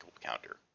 counter